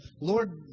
Lord